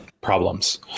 problems